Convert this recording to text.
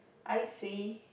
I see